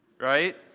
right